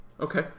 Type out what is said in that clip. Okay